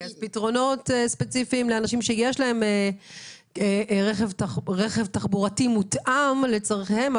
פתרונות ספציפיים לאנשים שיש להם רכב תחבורתי מותאם לצורכיהם,